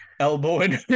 elbowing